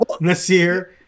Nasir